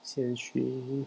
season three